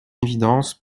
évidence